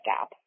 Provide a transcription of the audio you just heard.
gap